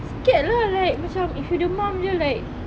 scared lah like macam if you demam jer like